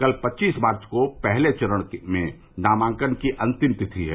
कल पच्चीस मार्च को पहले चरण में नामांकन की अन्तिम तारीख है